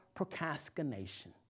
Procrastination